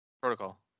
Protocol